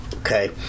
okay